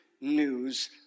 news